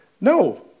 No